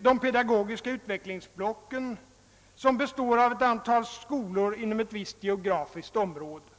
de pedagogiska utvecklingsblocken, som består av ett antal skolor inom ett visst geografiskt område.